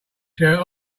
shirt